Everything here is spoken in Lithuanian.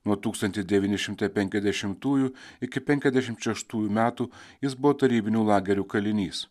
nuo tūkstantis devyni šimtai penkiasdešimtųjų iki penkiasdešimt šeštųjų metų jis buvo tarybinių lagerių kalinys